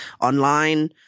online